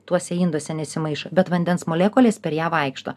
tuose induose nesimaišo bet vandens molekulės per ją vaikšto